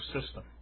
system